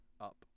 up